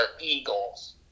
Eagles